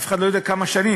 אף אחד לא יודע כמה שנים,